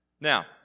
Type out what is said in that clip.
Now